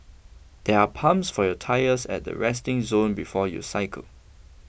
there are pumps for your tyres at the resting zone before you cycle